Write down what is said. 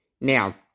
Now